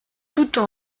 toutes